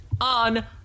on